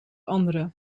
andere